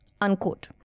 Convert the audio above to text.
Unquote